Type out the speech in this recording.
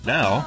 Now